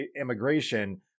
immigration